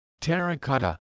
Terracotta